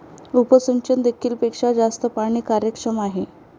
उपसिंचन देखील पेक्षा जास्त पाणी कार्यक्षम आहे